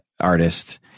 artist